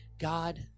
God